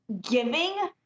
giving